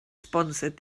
sponsored